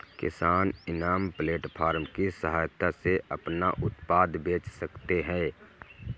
किसान इनाम प्लेटफार्म की सहायता से अपना उत्पाद बेच सकते है